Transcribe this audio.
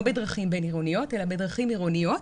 לא בדרכים בין-עירוניות אלא בדרכים עירוניות,